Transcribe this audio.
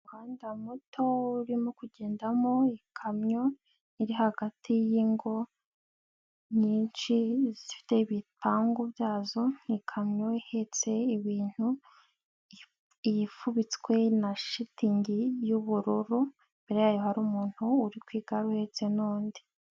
Umuhanda muto urimo kugendamo ikamyo iri hagati yingo nyinshi zifite ibipangu byazo, ni ikamyo ihetse ibintu iyifubitswe na shitingi y'ubururu, imbere yayo hari umuntu uri kwiga uhetse n'undi.